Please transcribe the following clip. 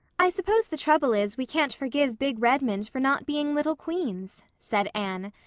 i suppose the trouble is we can't forgive big redmond for not being little queen's, said anne,